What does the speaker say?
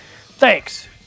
Thanks